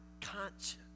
conscience